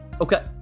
Okay